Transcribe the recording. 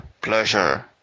Pleasure